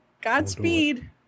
Godspeed